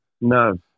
No